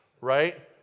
Right